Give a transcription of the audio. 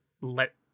let